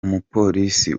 umupolisi